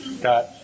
Got